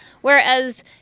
whereas